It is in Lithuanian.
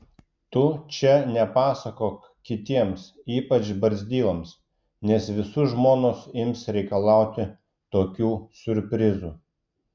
tu čia nepasakok kitiems ypač barzdyloms nes visų žmonos ims reikalauti tokių siurprizų